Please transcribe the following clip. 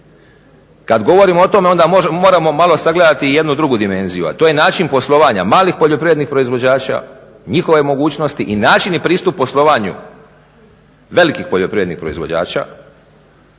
kada govorimo o tome moramo malo sagledati i jednu drugu dimenziju, a to je način poslovanja malih poljoprivrednih proizvođača, njihove mogućnosti i načini pristup poslovanju velikih poljoprivrednih proizvođača.